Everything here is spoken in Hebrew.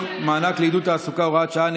מענק לעידוד תעסוקה (הוראת שעה,